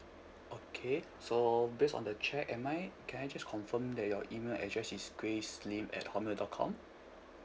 okay so based on the chat am I can I just confirm that your email address is grace lim at hotmail dot com